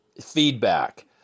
feedback